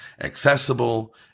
accessible